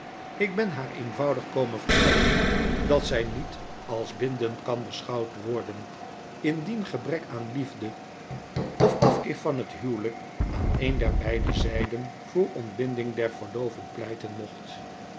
lk ben haar eenvoudig komen vertellen dat zy niet als bindend kan beschouwd worden indien gebrek aan liefde of afkeer van het huwelijk aan een der beide zijden voor ontbinding der verloying pleiten mocht